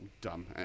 dumb